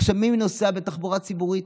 עכשיו, מי נוסע בתחבורה ציבורית?